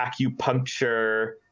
acupuncture